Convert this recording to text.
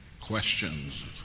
Questions